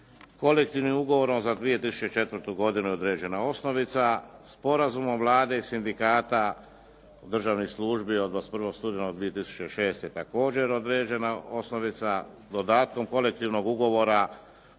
kolektivnim ugovorom za 2004. godinu je određena osnovica sporazumom Vlade i sindikata državnih službi od 21. studenog 2006. također određena osnovica, do datum kolektivnog u govora